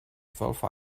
twelve